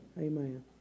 Amen